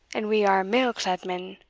and we are mail-clad men.